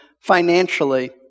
financially